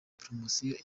promosiyo